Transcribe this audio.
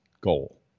goal